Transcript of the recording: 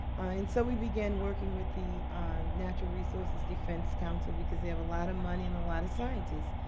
and so we began working with the natural resources defense council, because they have a lot of money and a lot of scientists,